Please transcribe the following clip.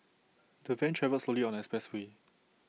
the van travelled slowly on the expressway